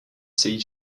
sea